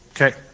Okay